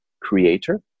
creator